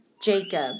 Jacob